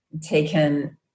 taken